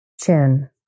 Chin